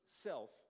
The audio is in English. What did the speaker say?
self